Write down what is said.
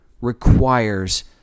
requires